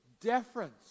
difference